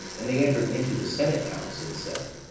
and they entered into the senate house, and said